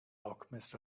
alchemist